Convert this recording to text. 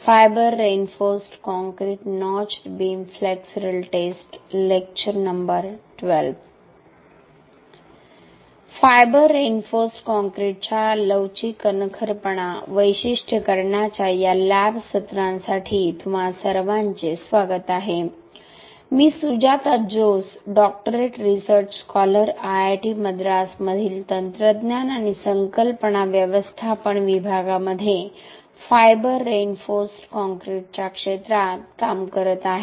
fibre reinforced कॉंक्रिटच्या लवचिक कणखरपणा वैशिष्ट्यीकरणाच्या या लॅब सत्रांसाठी तुम्हा सर्वांचे स्वागत आहे मी Sujata Jose doctorate research scholar IIT मद्रासमधील तंत्रज्ञान आणि संकल्पना व्यवस्थापन विभागामध्ये फायबर रिइन्फोर्स्ड कंक्रीटच्या क्षेत्रात काम करत आहे